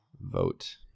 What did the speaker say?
Vote